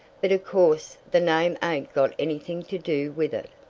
but of course the name ain't got anything to do with it.